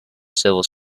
civil